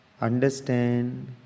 Understand